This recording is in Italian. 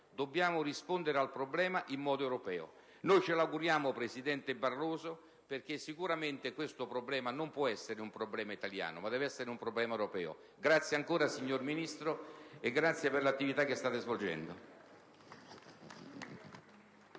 dobbiamo rispondere al problema in modo europeo. Noi ce lo auguriamo, presidente Barroso, perché sicuramente questo non può essere un problema italiano, ma deve essere un problema europeo. Grazie ancora, signor Ministro, e grazie per l'attività che state svolgendo.